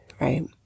right